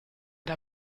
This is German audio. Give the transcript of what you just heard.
der